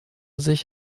sich